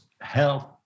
health